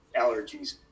allergies